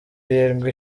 irindwi